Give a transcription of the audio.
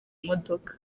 modoka